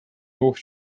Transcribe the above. north